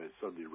Sunday